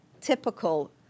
typical